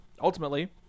ultimately